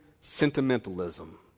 sentimentalism